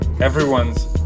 everyone's